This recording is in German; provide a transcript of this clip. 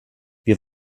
wir